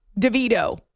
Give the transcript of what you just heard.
DeVito